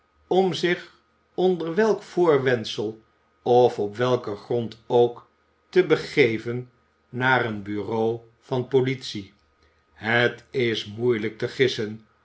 om zich onder welk voorwendsel of op weiken grond ook te begeven naar een bureau van politie het is moeielijk te gissen